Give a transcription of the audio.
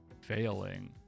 failing